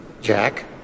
Jack